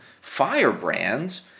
firebrands